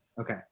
Okay